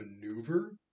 maneuver